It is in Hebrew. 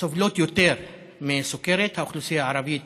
שסובלות יותר מסוכרת, האוכלוסייה הערבית